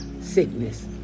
sickness